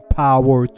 power